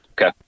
okay